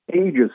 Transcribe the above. ages